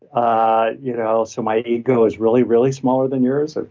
ah you know so my ego is really, really smaller than yours, ah